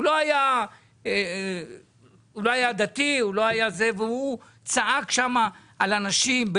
הוא לא היה דתי והוא צעק שם על אנשים.